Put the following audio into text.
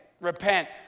repent